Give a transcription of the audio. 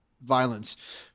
violence